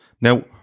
Now